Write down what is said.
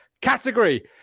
category